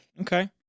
Okay